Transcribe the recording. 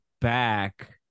back